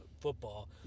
football